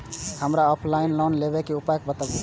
हमरा offline loan लेबे के उपाय बतबु?